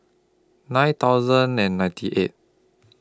nine thousand and ninety eight